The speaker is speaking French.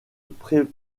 pré